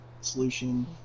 solution